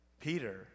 Peter